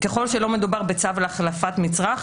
ככל שלא מדובר בצו להחלפת מצרך,